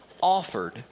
offered